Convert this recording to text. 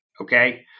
okay